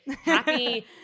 happy